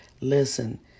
Listen